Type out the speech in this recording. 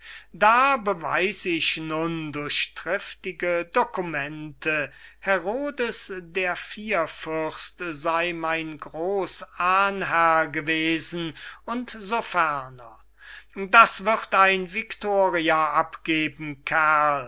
da beweis ich nun durch triftige dokumente herodes der vierfürst sey mein großahnherr gewesen und so ferner das wird ein viktoria abgeben